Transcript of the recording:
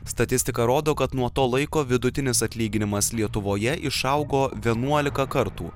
statistika rodo kad nuo to laiko vidutinis atlyginimas lietuvoje išaugo vienuolika kartų